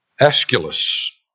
Aeschylus